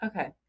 Okay